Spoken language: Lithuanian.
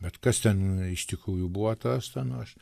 bet kas ten iš tikrųjų buvo tas ta nu aš